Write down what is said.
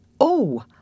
Oh